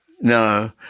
No